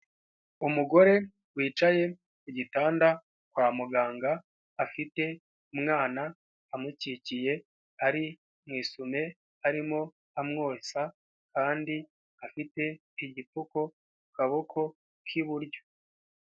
Umugore wicaye ku gitanda kwa muganga, afite umwana amukikiye, ari mu isume, arimo amwonsa kandi afite igipfuko ku kaboko k'iburyo.